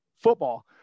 football